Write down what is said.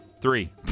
three